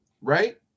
Right